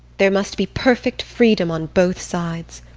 there must be perfect freedom on both sides.